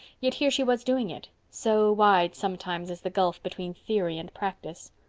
yet here she was doing it. so wide sometimes is the gulf between theory and practice.